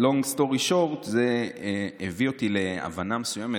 Long story short, זה הביא אותי להבנה מסוימת.